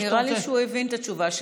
נראה לי שהוא הבין את התשובה.